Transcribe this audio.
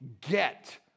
get